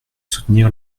soutenir